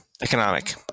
economic